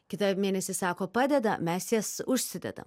kitą mėnesį sako padeda mes jas užsidedam